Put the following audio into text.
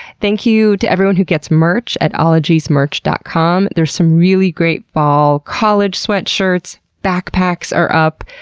thank you to everyone who gets merch at ologiesmerch dot com. there's some really great fall college sweatshirts, backpacks are up,